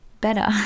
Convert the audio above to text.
better